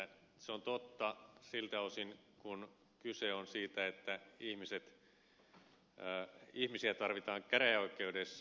se on totta siltä osin kuin kyse on siitä että ihmisiä tarvitaan käräjäoikeudessa